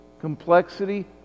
complexity